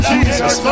Jesus